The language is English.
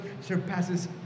surpasses